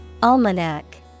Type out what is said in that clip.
Almanac